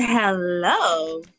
Hello